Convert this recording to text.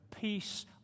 peace